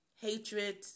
Hatred